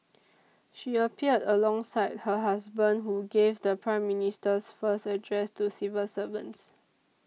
she appeared alongside her husband who gave the Prime Minister's first address to civil servants